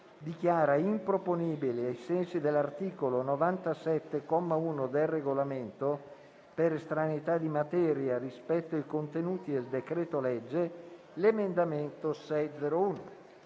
dichiara improponibile, ai sensi dell'articolo 97, comma 1, del Regolamento, per estraneità di materia rispetto ai contenuti del decreto-legge l'emendamento 6.0.1.